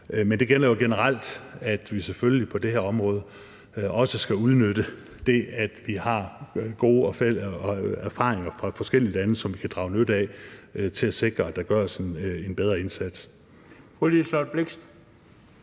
Men det gælder jo generelt, at vi selvfølgelig på det her område også skal udnytte det, at vi har gode erfaringer fra forskellige lande, som vi kan drage nytte af, for at sikre, at der gøres en bedre indsats.